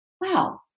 wow